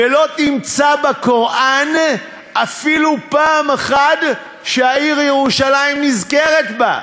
ולא תמצא בקוראן אפילו פעם אחת שהעיר ירושלים נזכרת בו,